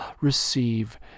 receive